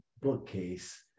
bookcase